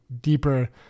deeper